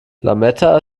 lametta